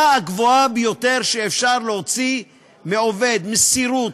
הגבוהה ביותר שאפשר להוציא מעובד: מסירות,